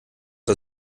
das